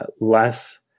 less